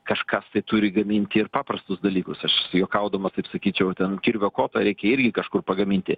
kažkas tai turi gaminti ir paprastus dalykus aš juokaudamas taip sakyčiau ten kirvio kotą reikia irgi kažkur pagaminti